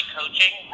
coaching